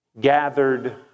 gathered